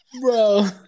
Bro